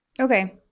okay